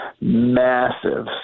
massive